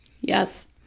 Yes